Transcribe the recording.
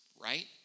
right